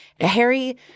Harry